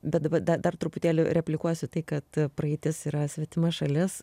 bet dabar dar dar truputėlį replikuosiu kad praeitis yra svetima šalis